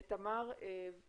נפנה לתמר ויזנפלד,